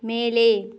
மேலே